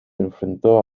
enfrentó